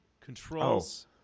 Controls